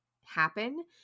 happen